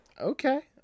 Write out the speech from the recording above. Okay